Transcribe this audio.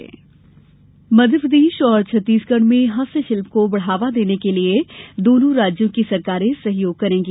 हस्त शिल्प मध्यप्रदेश और छत्तीसगढ़ में हस्तशिल्प को बढ़ावा देने के लिए दोनों राज्यों की सरकारें सहयोग करेगी